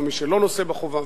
ומי שלא נושא בחובה,